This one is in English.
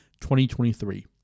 2023